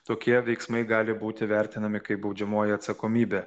tokie veiksmai gali būti vertinami kaip baudžiamoji atsakomybė